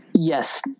yes